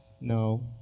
No